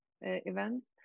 events